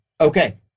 Okay